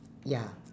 ya